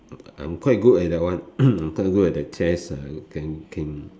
I'm quite good at that one I'm quite good at the chess can can